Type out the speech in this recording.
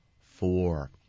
four